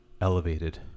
elevated